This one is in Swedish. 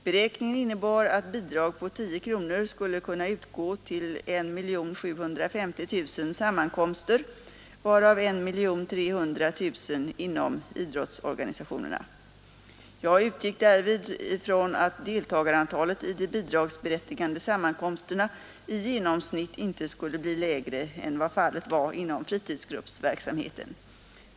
Beräkningen innebar att bidrag på 10 kronor skulle kunna utgå till 1750 000 sammankomster, varav 1300 000 inom idrottsorganisationerna. Jag utgick därvid från att deltagarantalet i de bidragsberättigande sammankomsterna i genomsnitt inte skulle bli lägre än vad fallet var inom fritidsgruppsverksamheten.